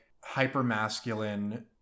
hyper-masculine